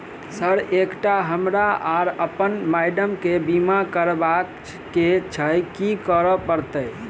Sir एकटा हमरा आ अप्पन माइडम केँ बीमा करबाक केँ छैय की करऽ परतै?